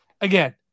again